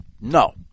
no